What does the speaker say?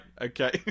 okay